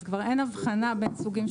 אין הבחנה בין סוגים שונים.